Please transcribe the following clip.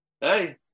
Hey